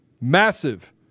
massive